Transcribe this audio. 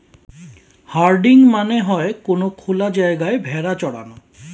herding মানে হয়ে কোনো খোলা জায়গায় ভেড়া চরানো